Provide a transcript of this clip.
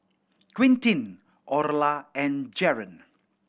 Quintin Orla and Jaron